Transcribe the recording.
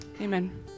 Amen